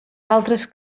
altres